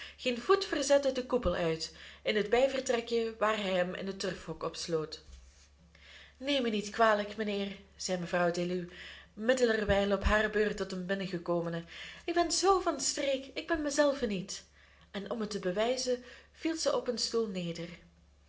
geen voet verzette den koepel uit in het bijvertrekje waar hij hem in het turfhok opsloot neem me niet kwalijk mijnheer zei mevrouw deluw middelerwijl op hare beurt tot den binnengekomene ik ben zoo van me streek ik ben mezelve niet en om het te bewijzen viel zij op een stoel neder